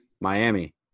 Miami